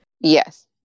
Yes